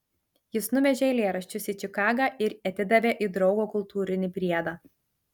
jis nuvežė eilėraščius į čikagą ir atidavė į draugo kultūrinį priedą